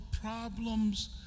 problems